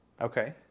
Okay